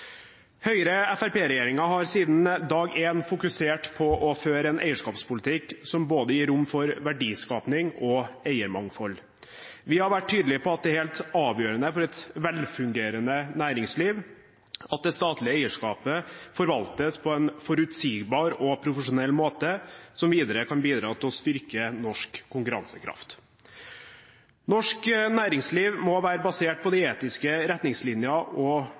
har siden dag én fokusert på å føre en eierskapspolitikk som gir rom for både verdiskaping og eiermangfold. Vi har vært tydelige på at det er helt avgjørende for et velfungerende næringsliv at det statlige eierskapet forvaltes på en forutsigbar og profesjonell måte, som videre kan bidra til å styrke norsk konkurransekraft. Norsk næringsliv må være basert på etiske retningslinjer og